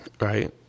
right